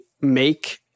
make